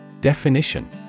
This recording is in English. Definition